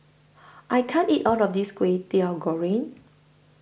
I can't eat All of This Kway Teow Goreng